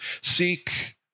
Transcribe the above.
Seek